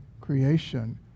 creation